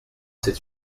c’est